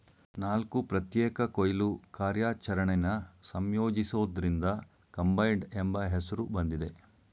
ನಾಲ್ಕು ಪ್ರತ್ಯೇಕ ಕೊಯ್ಲು ಕಾರ್ಯಾಚರಣೆನ ಸಂಯೋಜಿಸೋದ್ರಿಂದ ಕಂಬೈನ್ಡ್ ಎಂಬ ಹೆಸ್ರು ಬಂದಿದೆ